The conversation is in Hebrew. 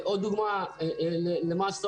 דוגמה נוספת למה שעשתה